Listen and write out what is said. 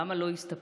למה לא הסתפק